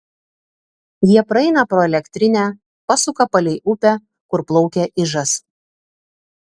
jie praeina pro elektrinę pasuka palei upę kur plaukia ižas